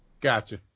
Gotcha